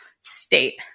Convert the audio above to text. state